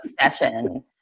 obsession